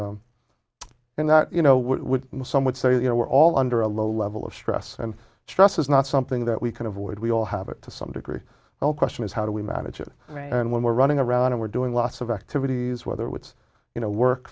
and and that you know what some would say is you know we're all under a low level of stress and stress is not something that we can avoid we all have it to some degree no question is how do we manage it and when we're running around and we're doing lots of activities whether it's you know work